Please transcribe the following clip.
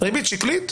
ריבית שקלית.